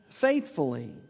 faithfully